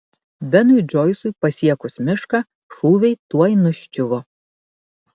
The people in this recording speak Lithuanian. benui džoisui pasiekus mišką šūviai tuoj nuščiuvo